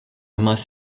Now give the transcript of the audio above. must